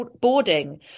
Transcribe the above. boarding